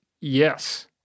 Yes